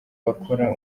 bakora